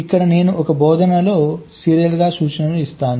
ఇక్కడ నేను ఒక బోధనలో సీరియల్గా సూచనలు ఇస్తున్నాను